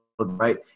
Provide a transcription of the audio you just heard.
right